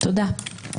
תודה.